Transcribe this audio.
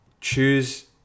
choose